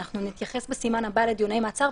אנחנו נתייחס בסימן הבא לדיוני מעצר,